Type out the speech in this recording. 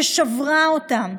ששברה אותם,